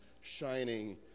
shining